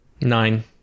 Nine